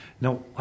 Now